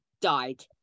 Died